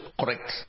correct